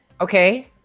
Okay